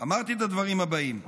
אמרתי את הדברים הבאים: